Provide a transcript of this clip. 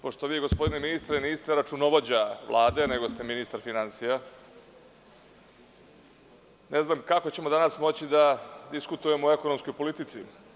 Pošto vi, gospodine ministre, niste računovođa Vlade, nego ste ministar finansija, ne znam kako ćemo danas moći da diskutujemo o ekonomskoj politici.